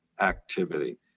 activity